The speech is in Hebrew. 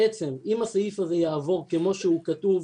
בעצם אם הסעיף הזה יעבור כמו שהוא כתוב,